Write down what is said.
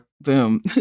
Boom